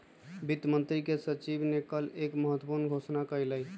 वित्त मंत्री के सचिव ने कल एक महत्वपूर्ण घोषणा कइलय